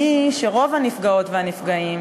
והיא שרוב הנפגעות והנפגעים,